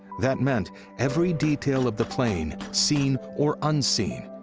that meant every detail of the plane, seen or unseen,